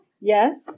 Yes